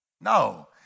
No